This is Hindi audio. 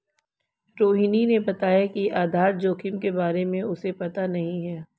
रोहिणी ने बताया कि आधार जोखिम के बारे में उसे पता नहीं है